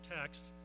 text